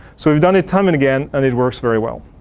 so we've done it time and again and it works very well.